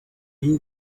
you